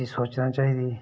अच्छी सोचना चाहिदी